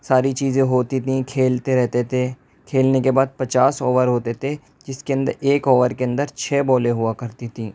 ساری چیزیں ہوتی تھیں کھیلتے رہتے تھے کھیلنے کے پچاس اوور ہوتے تھے جس کے اندر ایک اوور کے اندر چھ بالیں ہوا کرتی تھیں